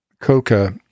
coca